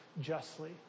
justly